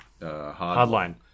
Hardline